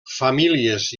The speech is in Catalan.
famílies